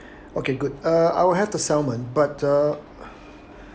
okay good uh I'll have the salmon but uh